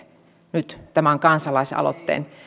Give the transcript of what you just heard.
nyt tämän kansalaisaloitteen